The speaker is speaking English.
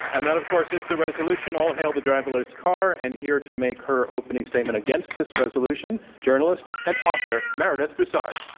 and that of course is the resolution, all hail the driverless car, and here to make her opening statement against this resolution, journalist and author, meredith broussard.